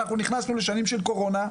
אנחנו נכנסנו לשנים של קורונה,